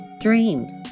dreams